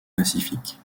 pacifique